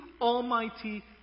almighty